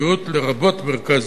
לרבות מרכז יום,